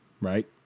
Right